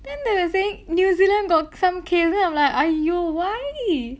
then they were saying new zealand got some case then I'm like !aiyo! why